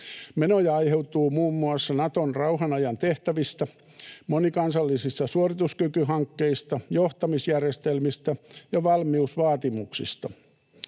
Menoja aiheutuu muun muassa Naton rauhanajan tehtävistä, monikansallisista suorituskykyhankkeista, johtamisjärjestelmistä ja valmiusvaatimuksista.